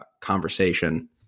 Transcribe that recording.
conversation